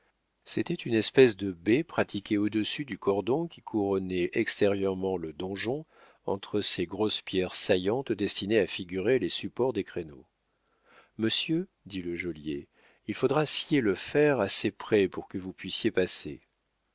c'était une espèce de baie pratiquée au-dessus du cordon qui couronnait extérieurement le donjon entre ces grosses pierres saillantes destinées à figurer les supports des créneaux monsieur dit le geôlier il faudra scier le fer assez près pour que vous puissiez passer